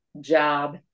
job